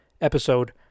episode